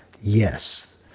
Yes